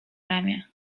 ramię